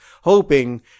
hoping